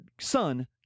son